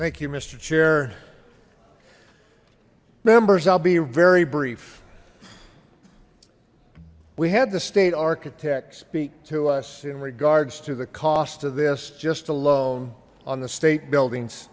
thank you mister chair members i'll be very brief we had the state architect speak to us in regards to the cost of this just alone on the state buildings